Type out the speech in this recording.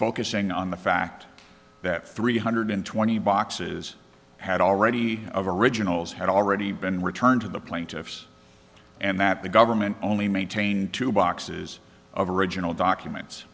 focusing on the fact that three hundred twenty boxes had already originals had already been returned to the plaintiffs and that the government only maintain two boxes of original documents